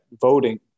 voting